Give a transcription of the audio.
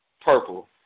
Purple